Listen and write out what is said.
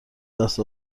دست